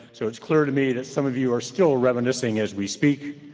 so it's clear to me that some of you are still reminiscing as we speak,